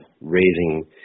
raising